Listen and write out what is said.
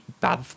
bad